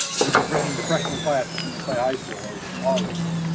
but we've been bringing the freshman class from henry clay high school over, all of them,